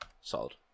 Solid